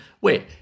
Wait